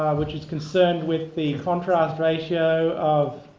which is concerned with the contrast ratio of